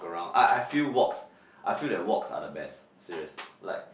I I feel walks I feel that walks are the best serious like